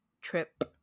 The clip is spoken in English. trip